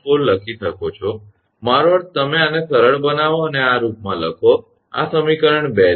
4 લખી શકો છો મારો અર્થ તમે આને સરળ બનાવો અને આ રુપમાં લખો આ સમીકરણ 2 છે